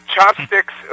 Chopsticks